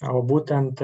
o būtent